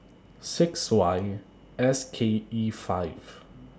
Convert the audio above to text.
six Y S K E five